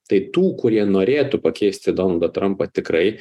tai tų kurie norėtų pakeisti donaldą trumpą tikrai